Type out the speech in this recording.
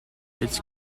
its